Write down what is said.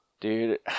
Dude